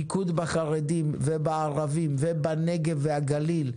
בנוסף, מיקוד בחרדים, בערבים ובנגב ובגליל,